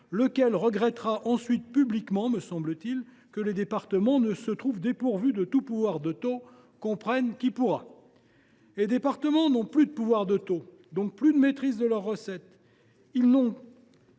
lequel regretta ensuite publiquement, me semble t il, que les départements se trouvent dépourvus de tout pouvoir de taux. Comprenne qui pourra ! Les départements n’ont plus de pouvoir de taux, donc plus de maîtrise de leurs recettes.